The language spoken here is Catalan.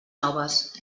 noves